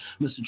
Mr